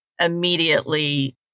immediately